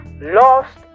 Lost